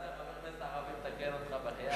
הבנת, חבר כנסת ערבי מתקן אותך, בחייאת.